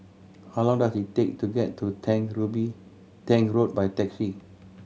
how long does it take to get to Tank Tank Road by taxi